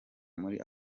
muri